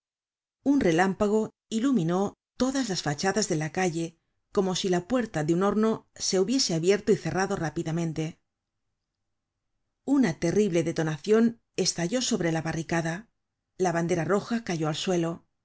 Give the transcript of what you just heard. un relámpago iluminó todas las fachadas de la calle como si la puerta de un horno se hubiese abierto y cerrado rápidamente una terrible detonacion estalló sobre la barricada la bandera roja cayó al suelo la